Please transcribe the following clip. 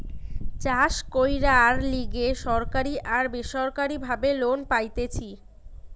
চাষ কইরার লিগে সরকারি আর বেসরকারি ভাবে লোন পাইতেছি